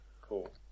Cool